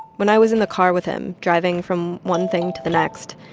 when i was in the car with him, driving from one thing to the next,